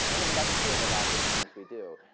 i mean, that's true of a lot of things we do.